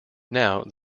now